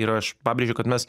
ir aš pabrėžiu kad mes